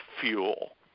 fuel